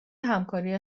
همکاری